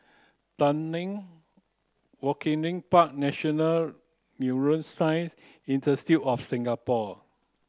Tanglin Waringin Park National Neuroscience Institute of Singapore